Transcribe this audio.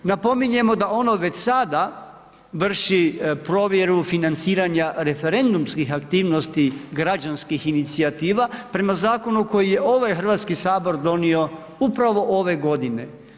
Napominjemo da ono već sada vrši provjeru financiranja referendumskih aktivnosti građanskih inicijativa prema zakonu koji je ovaj Hrvatski sabor donio upravo ove godine.